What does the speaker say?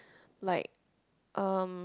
like um